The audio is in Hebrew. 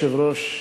אדוני היושב-ראש,